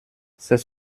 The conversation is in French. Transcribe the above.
c’est